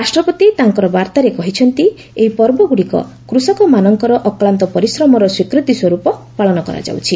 ରାଷ୍ଟ୍ରପତି ତାଙ୍କର ବାର୍ତ୍ତାରେ କହିଛନ୍ତି ଏହି ପର୍ବଗୁଡ଼ିକ କୃଷକମାନଙ୍କର ଅକ୍ଲାନ୍ତ ପରିଶ୍ରମର ସ୍ୱୀକୃତି ସ୍ୱରୂପ ପାଳନ କରାଯାଉଛି